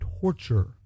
torture